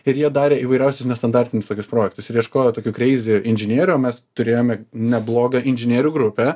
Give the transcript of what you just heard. ir jie darė įvairiausius nestandartinius tokius projektus ir ieškojo tokių kreizi inžinierių o mes turėjome neblogą inžinierių grupę